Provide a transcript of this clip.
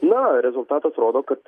na rezultatas rodo kad